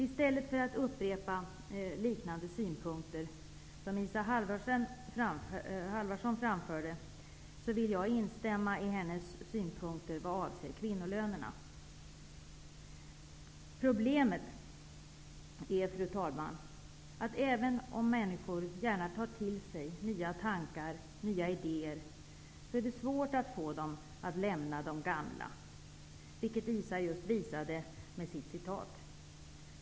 I stället för att upprepa liknande synpunkter som Isa Halvarsson framförde, vill jag instämma i hennes synpunkter vad avser kvinnolönerna. Fru talman! Problemet är att även om människor gärna tar till sig nya tankar och idéer är det svårt att få dem att lämna de gamla, vilket Isa Halvarsson visade med sitt citat.